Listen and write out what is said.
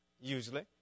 usually